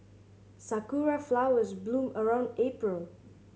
sakura flowers bloom around April